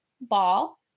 ball